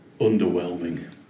underwhelming